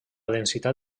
densitat